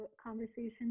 conversation